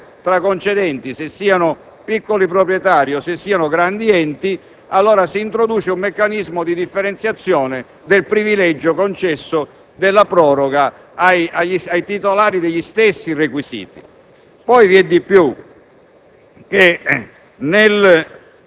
attraverso una differenziazione tra concedenti, se siano piccoli proprietari o grandi enti. Si introduce allora un meccanismo di differenziazione del privilegio concesso della proroga ai titolari degli stessi requisiti. Vi è di più.